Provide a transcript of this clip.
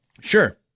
Sure